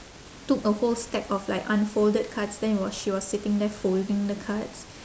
took a whole stack of like unfolded cards then it was she was sitting there folding the cards